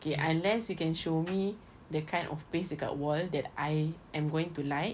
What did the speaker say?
okay unless you can show me the kind of paste dekat wall that I am going to like